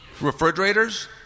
refrigerators